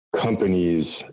companies